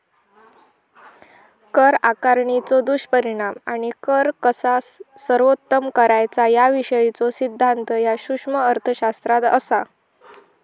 कर आकारणीचो दुष्परिणाम आणि कर कसा सर्वोत्तम करायचा याविषयीचो सिद्धांत ह्या सूक्ष्म अर्थशास्त्रात असा